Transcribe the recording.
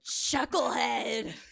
chucklehead